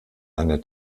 einer